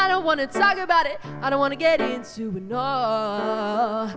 i don't want to talk about it i don't want to get it